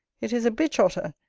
it is a bitch-otter,